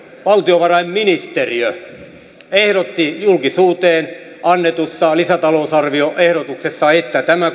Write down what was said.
valtiovarainministeriö ehdotti julkisuuteen annetussa lisätalousarvioehdotuksessa että tämä